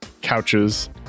couches